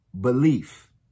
belief